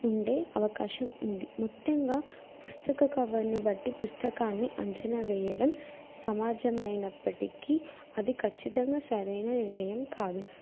ఉండే అవకాశం ఉంది మొత్తంగా పుస్తక కవర్ను బట్టి పుస్తకాన్ని అంచనా వేయడం సమాజమైనప్పటికీ అది ఖచ్చితంగా సరైన నిర్ణయం కాదు